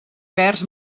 verds